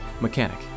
mechanic